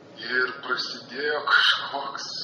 ir prasidėjo kažkoks